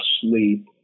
sleep